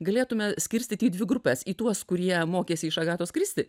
galėtume skirstyti į dvi grupes į tuos kurie mokėsi iš agatos kristi